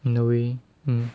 in a way